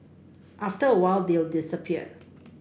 after a while they'll disappear